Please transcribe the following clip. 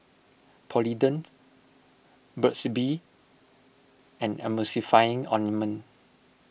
Polident Burt's Bee and Emulsying Ointment